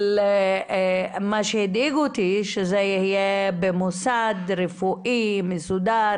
מה שהדאיג אותי זה שזה יהיה במוסד רפואי ומסודר